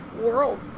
world